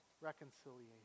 reconciliation